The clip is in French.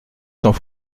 sans